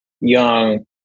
young